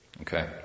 Okay